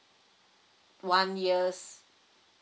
one year's